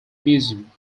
museum